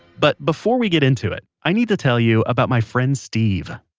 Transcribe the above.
but before we get into it, i need to tell you about my friend steve